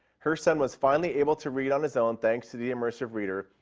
her son was finally able to read on his own thanks to the immersive reader.